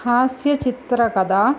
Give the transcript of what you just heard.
हास्यचित्रकथा